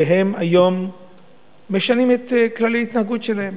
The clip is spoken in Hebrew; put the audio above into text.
שהיום הם משנים את כללי ההתנהגות שלהם.